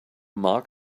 market